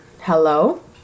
hello